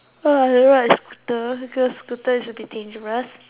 I don't ride a scooter scooter should be dangerous